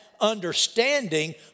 understanding